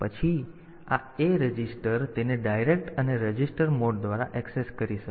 પછી A register તેને direct અને રજિસ્ટર મોડ દ્વારા એક્સેસ કરી શકાય છે